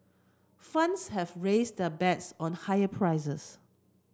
funds have raised their bets on higher prices